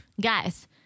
Guys